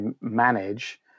manage